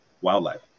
wildlife